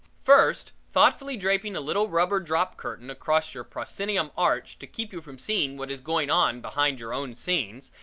first thoughtfully draping a little rubber drop curtain across your proscenium arch to keep you from seeing what is going on behind your own scenes,